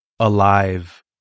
Alive